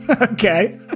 Okay